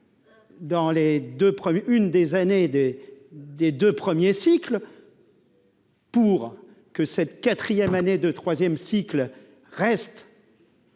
une des années des des 2 premiers cycles. Pour que cette 4ème année de troisième cycle reste.